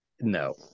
No